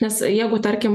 nes jeigu tarkim